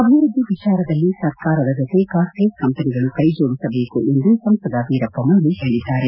ಅಭಿವ್ಯದ್ದಿ ವಿಚಾರದಲ್ಲಿ ಸರ್ಕಾರದ ಜೊತೆ ಕಾರ್ಮೊರೇಟ್ ಕಂಪನಿಗಳೂ ಕೈಜೋಡಿಸಬೇಕು ಎಂದು ಸಂಸದ ವೀರಪ್ಪ ಮೊಯಿಲಿ ಹೇಳಿದ್ದಾರೆ